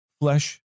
flesh